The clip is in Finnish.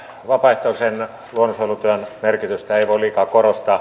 vapaaehtoisen luonnonsuojelutyön merkitystä ei voi liikaa korostaa